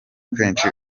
kenshi